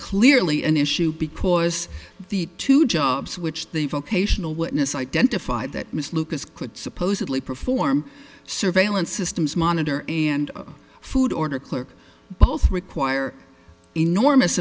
clearly an issue because the two jobs which they vocational witness identified that ms lucas quit supposedly perform surveillance systems monitor and food order clerk both require enormous